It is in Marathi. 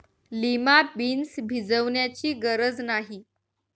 लिमा बीन्स भिजवण्याची गरज नाही